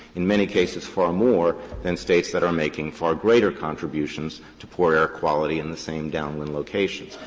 in many cases far more than states that are making far greater contributions to poor air quality in the same downwind locations.